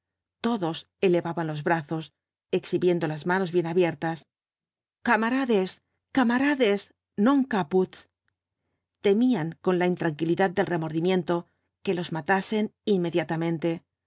todos elevaban los brazos exhibiendo las manos bien abiertas kamarades kamarades non fcapwí temían con la intranquilidad del remordimiento que los matasen inmediatamente